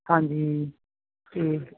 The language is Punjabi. ਹਾਂਜੀ ਠੀਕ ਐ